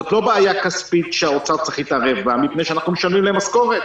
זו לא בעיה כספית שהאוצר צריך להתערב בה משום שאנחנו משלמים להם משכורת.